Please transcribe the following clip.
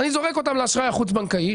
אני זורק אותם לאשראי החוץ בנקאי,